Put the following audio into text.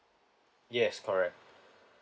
yes correct